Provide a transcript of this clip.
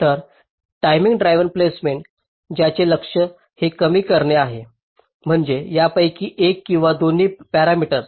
तर timing drive placement ज्याचे लक्ष्य हे कमी करणे आहे म्हणजे यापैकी एक किंवा दोन्ही पॅरामीटर्स